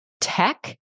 tech